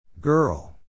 Girl